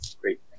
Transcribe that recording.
Great